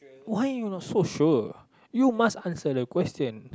why you not so sure you must answer the question